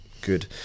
good